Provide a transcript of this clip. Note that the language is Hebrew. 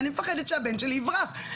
אני מפחדת שהבן שלי יברח,